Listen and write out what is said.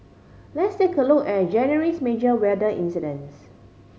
let's take a look at January's major weather incidents